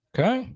Okay